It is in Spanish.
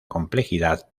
complejidad